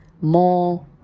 more